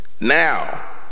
Now